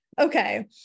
Okay